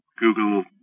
Google